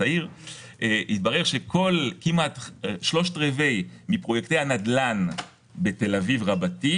התברר שכמעט ¾ מפרויקטי הנדל"ן בתל-אביב רבתי